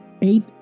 eight